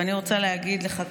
ואני רוצה להגיד לך,